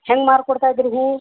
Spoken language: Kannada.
ಹೆಂಗೆ ಮಾರು ಕೊಡ್ತಾಯಿದೀರಿ ಹೂವು